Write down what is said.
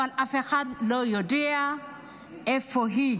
אבל אף אחד לא יודע איפה היא.